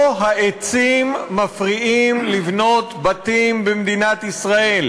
לא העצים מפריעים לבנות בתים במדינת ישראל.